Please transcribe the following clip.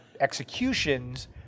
executions